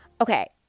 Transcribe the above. Okay